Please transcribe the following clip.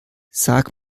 sag